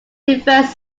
diverse